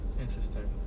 Interesting